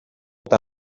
tant